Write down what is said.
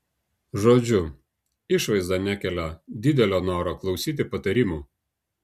žodžiu išvaizda nekelia didelio noro klausyti patarimų